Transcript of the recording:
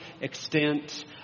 extent